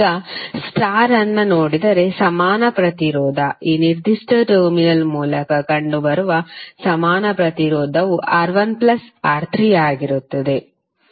ಈಗ ಸ್ಟಾರ್ ಅನ್ನು ನೋಡಿದರೆ ಸಮಾನ ಪ್ರತಿರೋಧ ಈ ನಿರ್ದಿಷ್ಟ ಟರ್ಮಿನಲ್ ಮೂಲಕ ಕಂಡುಬರುವ ಸಮಾನ ಪ್ರತಿರೋಧವು R1R3 ಆಗಿರುತ್ತದೆ